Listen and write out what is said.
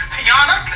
Tiana